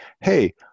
hey